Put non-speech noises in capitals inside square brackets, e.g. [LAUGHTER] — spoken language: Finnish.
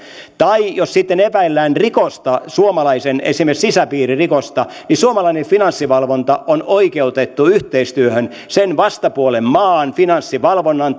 tai jos sitten epäillään suomalaisen rikosta esimerkiksi sisäpiiririkosta niin suomalainen finanssivalvonta on oikeutettu yhteistyöhön sen vastapuolen maan finanssivalvonnan [UNINTELLIGIBLE]